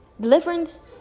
Deliverance